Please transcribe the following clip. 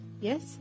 Yes